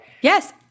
Yes